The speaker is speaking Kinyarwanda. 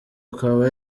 akaba